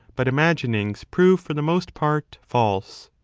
but imaginings prove for the most part false.